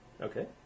Okay